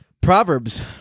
Proverbs